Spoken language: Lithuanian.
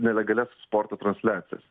nelegalias sporto transliacijas